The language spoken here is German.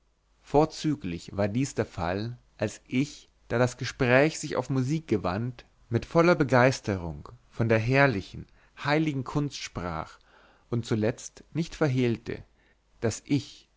vorzüglich war dies der fall als ich da das gespräch sich auf musik gewandt mit voller begeisterung von der herrlichen heiligen kunst sprach und zuletzt nicht verhehlte daß ich